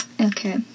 okay